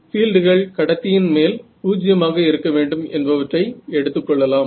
பீல்டுகள் கடத்தியின் மேல் பூஜ்யமாக இருக்க வேண்டும் என்பவற்றை எடுத்துக்கொள்ளலாம்